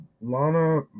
Lana